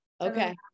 Okay